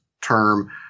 term